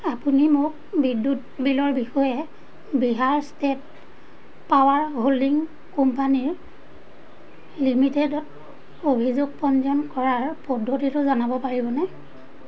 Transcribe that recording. আপুনি মোক বিদ্যুৎ বিলৰ বিষয়ে Bihar state power holding company লিমিটেডত অভিযোগ পঞ্জীয়ন কৰাৰ পদ্ধতিটো জনাব পাৰিবনে